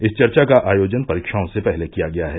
इस चर्चा का आयोजन परीक्षाओं से पहले किया गया है